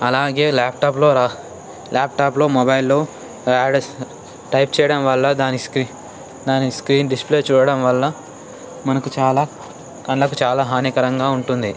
అలాగే ల్యాప్టాప్లో రా ల్యాప్టాప్లో మొబైల్లో యాడ్ టైప్ చేయడం వల్ల దానికి స్క్రీన్ డిస్ప్లే చూడడం వలన మనకు చాలా కండ్లకు చాలా హానికరంగా ఉంటుంది